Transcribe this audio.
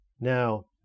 Now